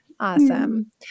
Awesome